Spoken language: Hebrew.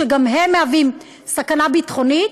שגם הם מהווים סכנה ביטחונית,